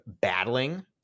battling